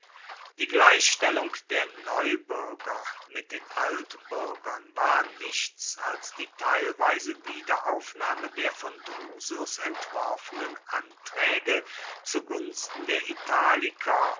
die gleichstellung der neubürger mit den altbürgern war nichts als die teilweise wiederaufnahme der von drusus entworfenen anträge zu gunsten der italiker